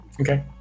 Okay